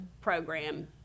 program